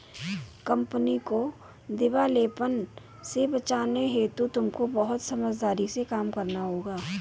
company को दिवालेपन से बचाने हेतु तुमको बहुत समझदारी से काम करना होगा